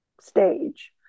stage